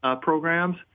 programs